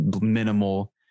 minimal